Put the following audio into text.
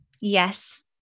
yes